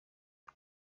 ubu